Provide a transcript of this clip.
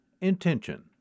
intention